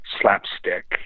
slapstick